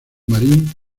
marín